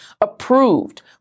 approved